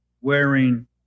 wearing